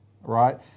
right